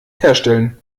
herstellen